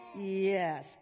Yes